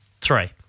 three